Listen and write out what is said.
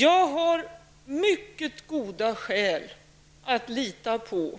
Jag har mycket goda skäl att lita på,